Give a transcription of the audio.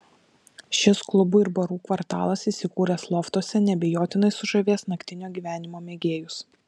šis klubų ir barų kvartalas įsikūręs loftuose neabejotinai sužavės naktinio gyvenimo mėgėjus